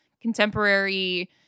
contemporary